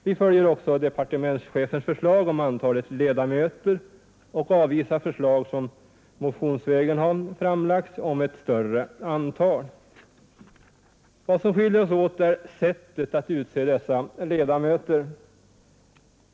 Vi följer också departementschefens förslag om antalet ledamöter och avvisar förslag om ett större antal, vilket har framlagts motionsvägen. Vad som skiljer oss åt är sättet att utse dessa ledamöter.